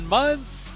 months